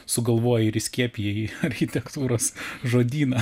sugalvoji ir įskiepiji į architektūros žodyną